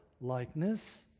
likeness